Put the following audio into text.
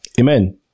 Amen